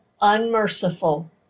unmerciful